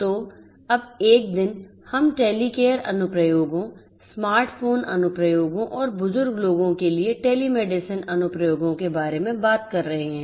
तो अब एक दिन हम Telecare अनुप्रयोगों स्मार्ट फोन अनुप्रयोगों और बुजुर्ग लोगों के लिए टेलीमेडिसिन अनुप्रयोगों के बारे में बात कर रहे हैं